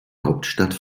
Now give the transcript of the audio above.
hauptstadt